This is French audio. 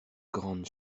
grandes